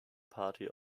party